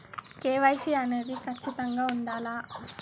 KYC అనేది ఖచ్చితంగా ఉండాలా?